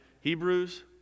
Hebrews